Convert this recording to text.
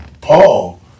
Paul